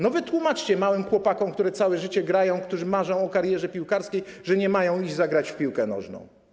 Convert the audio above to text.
No, wytłumaczcie małym chłopakom, którzy całe życie grają, którzy marzą o karierze piłkarskiej, że nie mają grać w piłkę nożną.